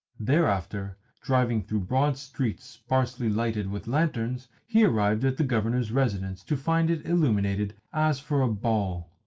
thereafter driving through broad streets sparsely lighted with lanterns, he arrived at the governor's residence to find it illuminated as for a ball.